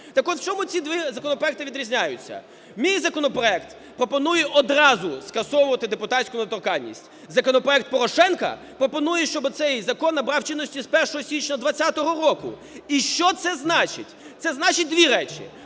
Так от в чому ці два законопроекти відрізняються. Мій законопроект пропонує одразу скасовувати депутатську недоторканність. Законопроект Порошенка пропонує, щоб цей закон набрав чинності з 1 січня 20-го року. І що це значить? Це значить дві речі.